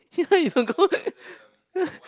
yeah you don't go